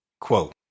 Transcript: Quote